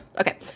Okay